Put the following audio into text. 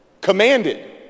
Commanded